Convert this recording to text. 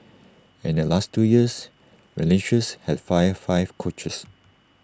and in the last two years Valencia's had fired five coaches